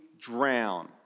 drown